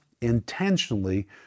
intentionally